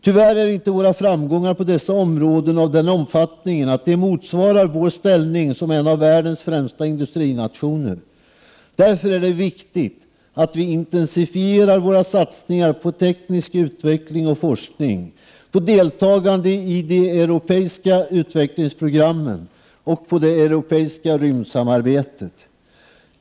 Tyvärr är inte våra framgångar på dessa områden av den omfattningen att de motsvarar vår ställning som en av världens främsta industrinationer. Därför är det viktigt att vi intensifierar våra satsningar på teknisk utveckling och forskning, på deltagande i de europeiska utvecklingsprogrammen och på det europeiska rymdsamarbetet.